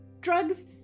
drugs